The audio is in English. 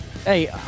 Hey